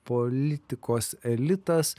politikos elitas